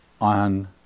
on